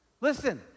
Listen